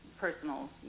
personal